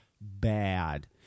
bad